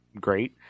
great